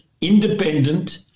independent